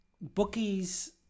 Bookies